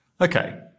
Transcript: Okay